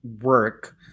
work